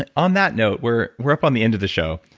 and on that note, we're we're up on the end of the show.